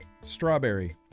strawberry